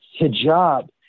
hijab